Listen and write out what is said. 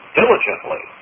diligently